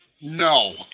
No